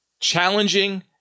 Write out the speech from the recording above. Challenging